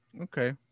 Okay